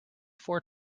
four